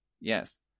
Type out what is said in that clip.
Yes